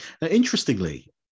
interestingly